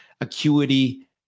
acuity